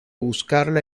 buscarla